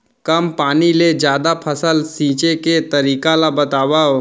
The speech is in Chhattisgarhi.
कम पानी ले जादा फसल सींचे के तरीका ला बतावव?